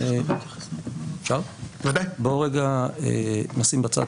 בואו רגע נשים בצד,